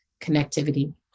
connectivity